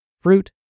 fruit